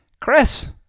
Chris